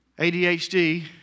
ADHD